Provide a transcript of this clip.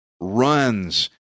runs